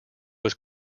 was